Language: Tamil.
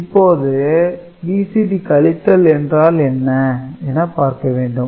இப்போது BCD கழித்தல் என்றால் என்ன என பார்க்க வேண்டும்